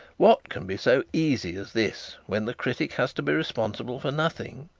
what can be so easy as this when the critic has to be responsible for nothing?